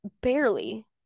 barely